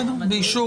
בסדר.